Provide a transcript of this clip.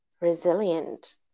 resilient